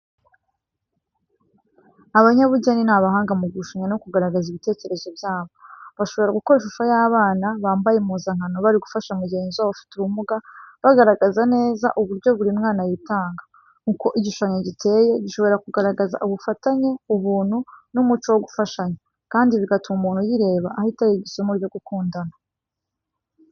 Abanyabugeni, ni abahanga mu gushushanya no kugaragaza ibitekerezo byabo. Bashobora gukora ishusho y'abana bambaye impuzankano bari gufasha mugenzi wabo ufite ubumuga, bagaragaza neza uburyo buri mwana yitanga. Uko igishushanyo giteye, gishobora kugaragaza ubufatanye, ubuntu n'umuco wo gufashanya, kandi bigatuma umuntu uyireba ahita yiga isomo ryo gukundana.